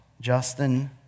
Justin